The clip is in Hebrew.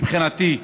מבחינתי,